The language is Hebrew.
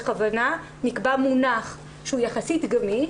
בכוונה נקבע מונח שהוא יחסית גמיש,